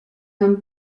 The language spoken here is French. nomme